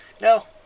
No